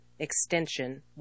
extension